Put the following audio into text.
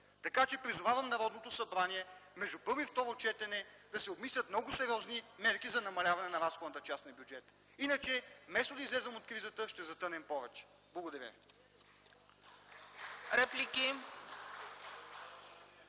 Така че призовавам Народното събрание между първо и второ четене да се обмислят много сериозни мерки за намаляване на разходната част на бюджета. Иначе, вместо да излезем от кризата, ще затънем повече. Благодаря